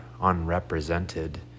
unrepresented